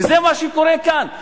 וזה מה שקורה כאן.